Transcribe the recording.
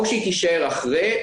או שהיא תישאר אחרי,